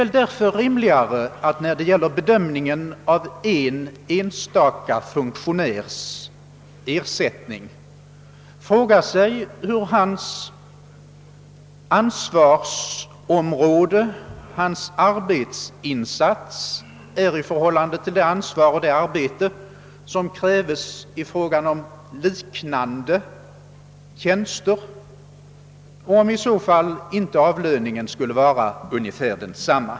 | Därför är det rimligare att vid bedömningen av ersättningen till en enstaka funktionär fråga hur hans ansvarsområde och arbetsinsatser ter 'sig i förhållande till det ansvar och det arbete som krävs för liknande tjänster på annat håll och om inte avlöningen bör avvägas med hänsyn härtill.